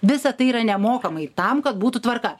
visa tai yra nemokamai tam kad būtų tvarka